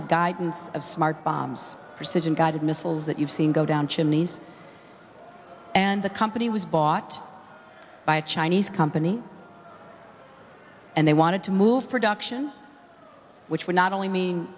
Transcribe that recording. the guidance of smart bombs precision guided missiles that you've seen go down chimneys and the company was bought by a chinese company and they wanted to move production which would not only mean